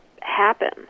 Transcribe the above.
happen